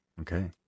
Okay